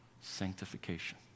sanctification